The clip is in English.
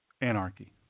anarchy